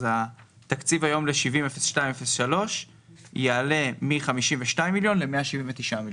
התקציב היום ל-700203 יעלה מ-52 מיליון ל-179 מיליון.